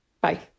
Bye